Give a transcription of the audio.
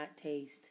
taste